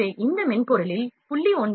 எனவே இந்த மென்பொருளில் 0